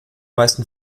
meisten